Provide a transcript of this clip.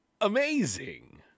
amazing